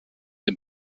den